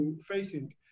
facing